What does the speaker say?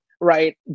right